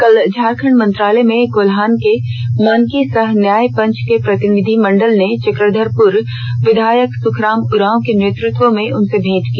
कल झारखंड मंत्रालय में कोल्हान के मानकी सह न्याय पंच के प्रतिनिधि मंडल ने चक्रधरपुर विधायक सुखराम उरांव के नेतृत्व में उनसे भेंट की